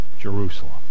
Jerusalem